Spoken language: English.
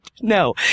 No